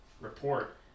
report